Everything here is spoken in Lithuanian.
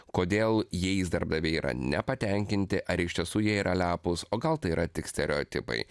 kodėl jais darbdaviai yra nepatenkinti ar iš tiesų jie yra lepūs o gal tai yra tik stereotipai